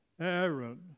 Aaron